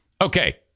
Okay